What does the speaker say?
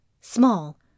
small